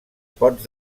pots